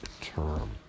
term